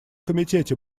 комитете